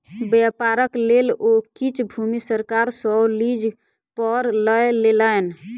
व्यापारक लेल ओ किछ भूमि सरकार सॅ लीज पर लय लेलैन